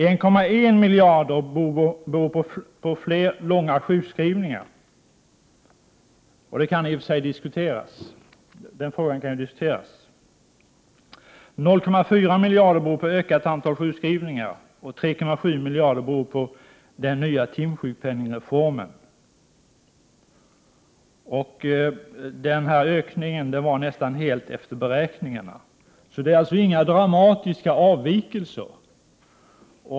1,1 miljard beror på fler långa sjukskrivningar. Det är en fråga som i och för sig kan diskuteras. 0,4 miljard beror på ökat antal sjukskrivningar och 3,7 miljarder på den nya timsjukpenningreformen. Den här ökningen var nästan helt efter beräkningarna, och det är alltså inga dramatiska avvikelser.